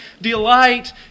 delight